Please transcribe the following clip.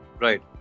Right